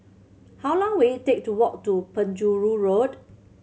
how long will it take to walk to Penjuru Road